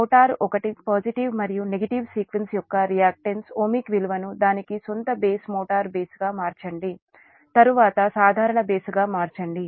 motor 1 positive మరియు negative sequence యొక్క reactance ohmic విలువను దానికి సొంత బేస్ మోటారు బేస్ గా మార్చండి తరువాత సాధారణ బేస్ గా మార్చండి